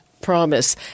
promise